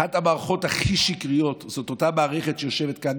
אחת המערכות הכי שקריות היא אותה מערכת שיושבת כאן,